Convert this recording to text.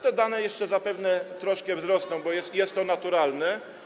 Te liczby jeszcze zapewne troszkę wzrosną, bo jest to naturalne.